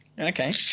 Okay